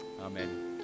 Amen